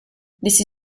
this